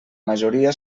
majoria